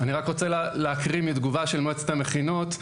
אני רק רוצה להקריא מתגובה של מועצת המכינות,